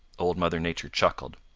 old mother nature chuckled.